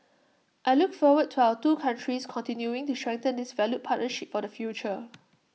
I look forward to our two countries continuing to strengthen this valued partnership for the future